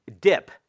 Dip